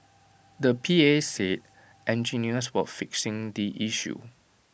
the P A said engineers were fixing the issue